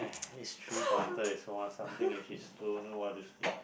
this three pointer is one of something which is don't know what is